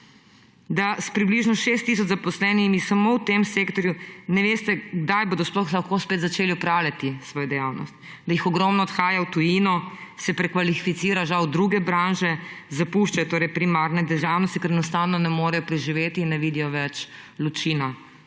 Da s približno 6 tisoč zaposlenimi samo v tem sektorju ne veste, kdaj bodo sploh lahko spet začeli opravljati svojo dejavnost, da jih ogromno odhaja v tujino, se prekvalificira žal v druge branže, zapušča primarne dejavnosti, ker enostavno ne morejo preživeti in ne vidijo več luči na